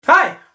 Hi